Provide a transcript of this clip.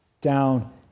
down